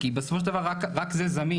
כי בסופו של דבר רק זה זמין,